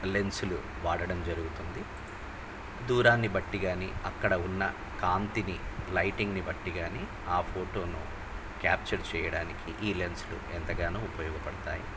లెన్సులు వాడడం జరుగుతుంది దూరాన్ని బట్టి కానీ అక్కడ ఉన్న కాంతిని లైటింగ్ని బట్టి కానీ ఆ ఫోటోను క్యాప్చర్ చేయడానికి ఈ లెన్సులు ఎంతగానో ఉపయోగపడతాయి